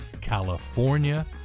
California